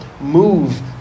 move